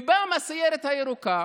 פעם הסיירת הירוקה